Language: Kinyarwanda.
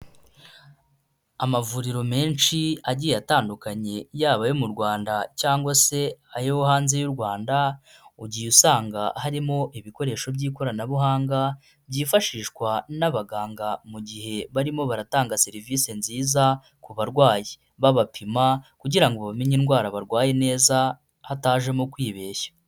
Amavuriro menshi agiye atandukanye yaba ayo mu Rwanda cyangwa se ayo hanze y'u Rwanda, ugiye usanga harimo ibikoresho by'ikoranabuhanga, byifashishwa n'abaganga mu gihe barimo baratanga serivisi nziza ku barwayi. Babapima kugira ngo bamenye indwara barwaye neza hatajemo kwibeshya.